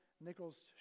Nichols